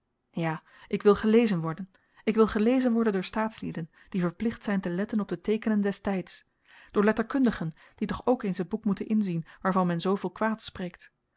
ja ik wil gelezen worden ik wil gelezen worden door staatslieden die verplicht zyn te letten op de teekenen des tyds door letterkundigen die toch ook eens t boek moeten inzien waarvan men zooveel kwaads spreekt